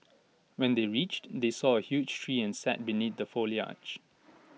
when they reached they saw A huge tree and sat beneath the foliage